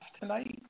tonight